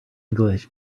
english